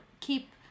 keep